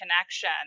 connection